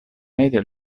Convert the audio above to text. media